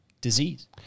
disease